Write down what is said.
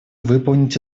выполнить